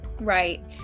Right